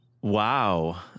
Wow